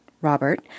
Robert